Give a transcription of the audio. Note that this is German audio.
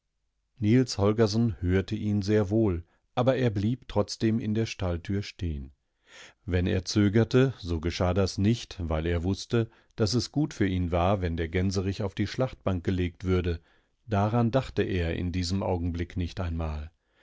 holgersen hörte ihn sehr wohl aber er blieb trotzdem in der stalltür stehen wenn er zögerte so geschah das nicht weil er wußte daß es gut für ihn war wenn der gänserich auf die schlachtbank gelegt würde daran dachte er in diesem augenblick nicht einmal